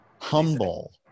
Humble